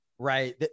Right